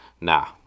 Nah